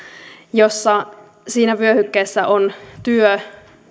ja siinä vyöhykkeessä ovat työ